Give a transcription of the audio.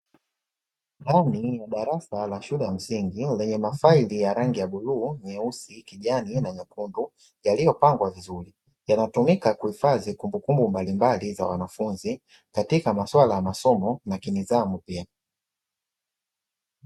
Ndani ya darasa la shule ya msingi lenye mafaili ya rangi ya bluu, nyeusi, kijani na nyekundu yaliyopangwa vizuri yanatumika kuhifadhi kumbukumbu mbalimbali za wanafunzi, katika maswala ya masomo na kinidhamu pia.